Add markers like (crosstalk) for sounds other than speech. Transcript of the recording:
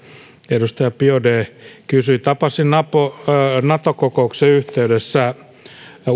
edustaja biaudet kysyi niin tapasin nato nato kokouksen yhteydessä ulkoministereitä ja (unintelligible)